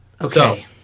Okay